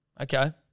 Okay